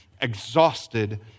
Exhausted